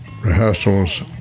rehearsals